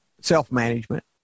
self-management